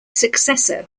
successor